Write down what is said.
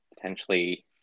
potentially